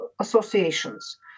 associations